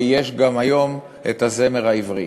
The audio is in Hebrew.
יש היום גם זמר עברי.